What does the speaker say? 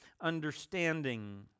understanding